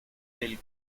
del